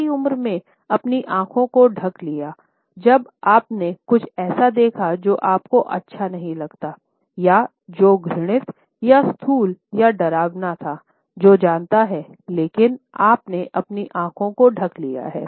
छोटी उम्र में अपनी आँखों को ढँक लिया जब आपने कुछ ऐसा देखा जो आपको अच्छा नहीं लगता या जो घृणित या स्थूल या डरावना था जो जानता है लेकिन आपने अपनी आँखों को ढँक लिया है